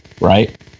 right